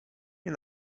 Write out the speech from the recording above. nie